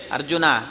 Arjuna